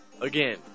Again